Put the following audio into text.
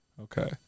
Okay